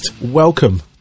Welcome